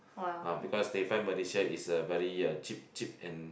ah because they find Malaysia is a very uh cheap cheap and